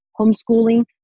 homeschooling